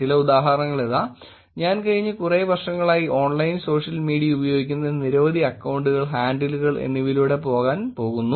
ചില ഉദാഹരണങ്ങൾ ഇതാ ഞാൻ കഴിഞ്ഞ കുറേ വർഷങ്ങളായി ഓൺലൈൻ സോഷ്യൽ മീഡിയ ഉപയോഗിക്കുന്ന നിരവധി അക്കൌണ്ടുകൾ ഹാൻഡിലുകൾ എന്നിവയിലൂടെ പോകാൻ പോകുന്നു